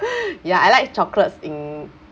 ya I like chocolates in